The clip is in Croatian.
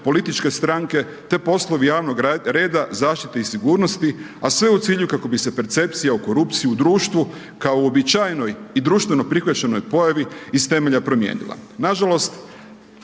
političke stranke te poslovi javnog reda, zaštite i sigurnosti, a sve u cilju kako bi se percepcija o korupciji u društvu kao uobičajenoj i društvenoj prihvaćenoj pojavi iz temelja promijenila.